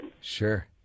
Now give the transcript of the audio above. Sure